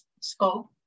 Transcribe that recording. scope